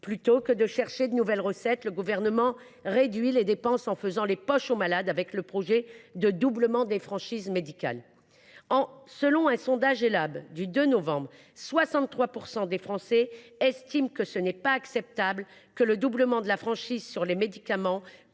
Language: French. Plutôt que de chercher de nouvelles recettes, le Gouvernement réduit les dépenses, en faisant les poches des malades au travers de son projet de doublement des franchises médicales. Selon un sondage Elabe du 2 novembre, 63 % des Français estiment que le doublement de la franchise sur les médicaments